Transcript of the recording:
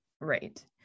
right